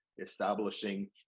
establishing